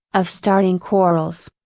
of starting quarrels.